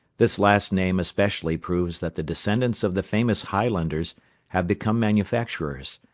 this last name especially proves that the descendants of the famous highlanders have become manufacturers,